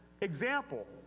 example